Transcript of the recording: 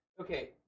Okay